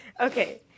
Okay